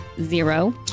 Zero